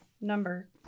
number